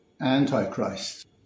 Antichrist